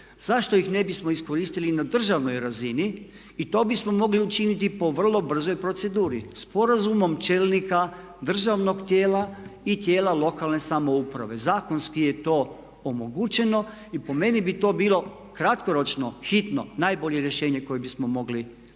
zašto ih ne bismo iskoristili i na državnoj razini i to bismo mogli učiniti i po vrlo brzoj proceduri, sporazumom čelnika državnog tijela i tijela lokalne samouprave. Zakonski je to omogućeno i po meni bi to bilo kratkoročno hitno, najbolje rješenje koje bismo mogli učiniti.